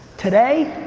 today,